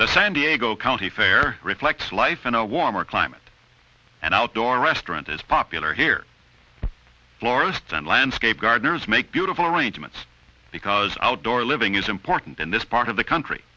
the san diego county fair reflects life in a warmer climate and outdoor restaurant is popular here florists and landscape gardners make beautiful arrangements because outdoor living is important in this part of the country